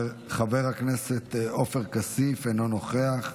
חבר הכנסת עופר כסיף, אינו נוכח.